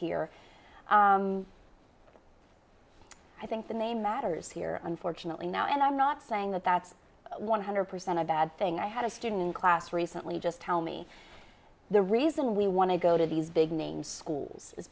here i think the name matters here unfortunately now and i'm not saying that that's one hundred percent a bad thing i had a student class recently just tell me the reason we want to go to these big name schools is